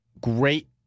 Great